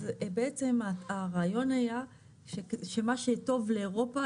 בעצם הרעיון היה שמה שטוב לאירופה,